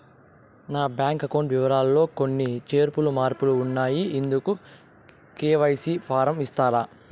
నా bank account వివరాలు లో కొన్ని చేర్పులు మార్పులు ఉన్నాయి, ఇందుకు కె.వై.సి ఫారం ఇస్తారా?